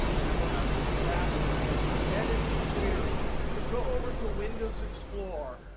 and then we'll have to come back and edit the query, if we go over to windows explorer,